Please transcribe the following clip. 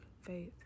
faith